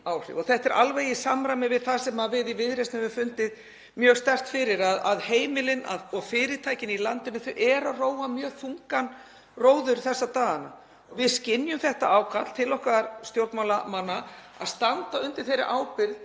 áhrif. Það er í samræmi við það sem við í Viðreisn höfum fundið mjög sterkt fyrir, að heimilin og fyrirtækin í landinu róa mjög þungan róður þessa dagana. Við skynjum þetta ákall til okkar stjórnmálamanna að standa undir þeirri ábyrgð